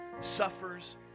suffers